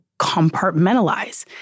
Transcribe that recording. compartmentalize